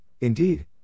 indeed